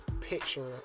picture